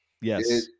Yes